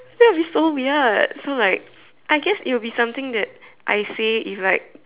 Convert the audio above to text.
that is so weird so like I guess it will be something that I see if like